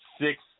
six